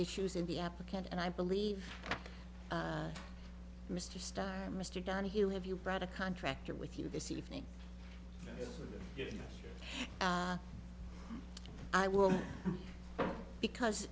issues in the applicant and i believe mr starr mr donahue have you brought a contractor with you this evening i will because